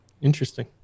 Interesting